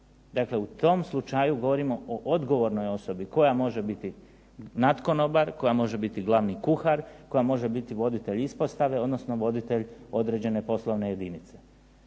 Dakle, u tom slučaju govorimo o odgovornoj osobi koja može biti natkonobar, koja može biti glavni kuhar, koja može biti voditelj ispostave odnosno voditelj određene poslovne jedinice.